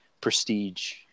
prestige